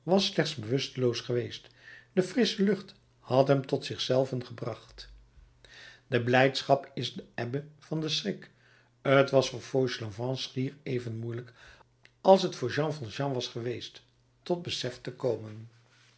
was slechts bewusteloos geweest de frissche lucht had hem tot zich zelven gebracht de blijdschap is de ebbe van den schrik t was voor fauchelevent schier even moeielijk als t voor jean valjean was geweest tot besef te komen